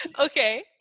Okay